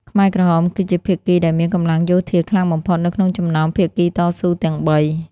ខ្មែរក្រហមគឺជាភាគីដែលមានកម្លាំងយោធាខ្លាំងបំផុតនៅក្នុងចំណោមភាគីតស៊ូទាំងបី។